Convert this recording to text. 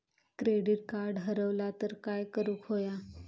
Credit card हरवला तर काय करुक होया?